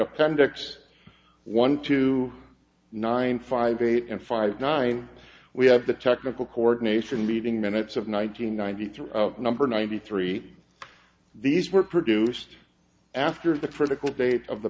appendix one two nine five eight and five nine we have the technical coordination meeting minutes of one nine hundred ninety three number ninety three these were produced after the critical date of the